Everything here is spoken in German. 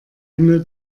himmel